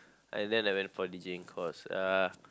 and then I went for deejaying course